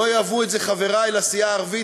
לא יאהבו את זה חברי בסיעה הערבית,